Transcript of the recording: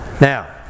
Now